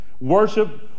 worship